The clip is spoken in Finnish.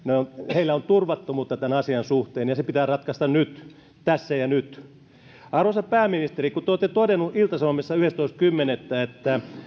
heillä on turvattomuutta tämän asian suhteen ja se pitää ratkaista tässä ja nyt arvoisa pääministeri te olette todennut ilta sanomissa yhdestoista kymmenettä että